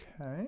Okay